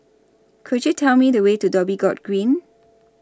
Could YOU Tell Me The Way to Dhoby Ghaut Green